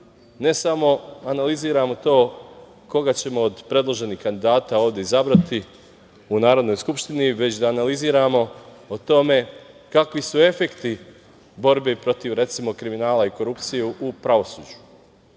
ne samo analiziramo to koga ćemo od predloženih kandidata ovde izabrati u Narodnoj skupštini, već da analiziramo o tome kakvi su efekti borbe protiv recimo kriminala i korupcije u pravosuđu. Mi